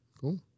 cool